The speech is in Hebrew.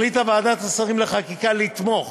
ועדת השרים לחקיקה החליטה לתמוך